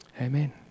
Amen